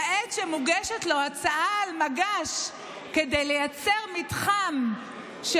כעת כשמוגשת לו הצעה על מגש כדי לייצר מתחם של